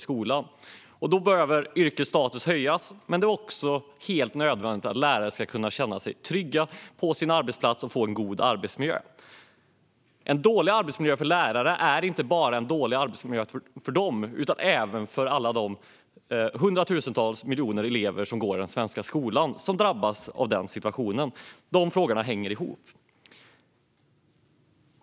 Yrkets status behöver höjas, men det är också nödvändigt att lärare kan känna sig trygga och ha en god arbetsmiljö på sin arbetsplats. En dålig arbetsmiljö för lärarna är inte bara en dålig arbetsmiljö för dem utan även för alla de hundratusentals elever som går i den svenska skolan. Detta hänger ihop.